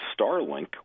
Starlink